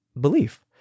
belief